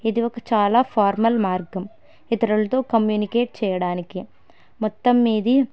ఇది ఒక చాలా ఫార్మల్ మార్గం ఇతరులతో కమ్యూనికేట్ చేయడానికి మొత్తం మీది